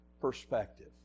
perspective